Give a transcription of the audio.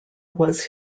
was